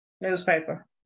newspaper